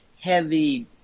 heavy